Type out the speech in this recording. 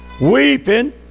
weeping